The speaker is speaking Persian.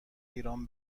ایران